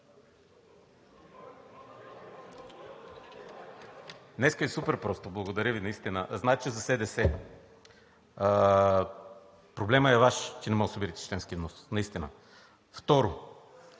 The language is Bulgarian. Днес е суперпросто, благодаря Ви наистина. Значи за СДС. Проблемът е Ваш, че не можете да си увеличите членския внос, наистина. Второ,